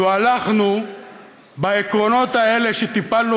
לו הלכנו בעקרונות האלה שאתם טיפלנו